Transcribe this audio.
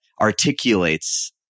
articulates